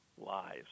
lives